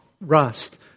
rust